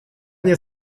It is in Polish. nie